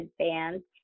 advanced